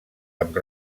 amb